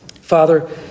Father